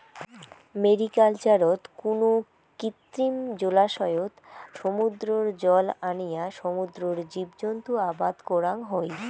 ম্যারিকালচারত কুনো কৃত্রিম জলাশয়ত সমুদ্রর জল আনিয়া সমুদ্রর জীবজন্তু আবাদ করাং হই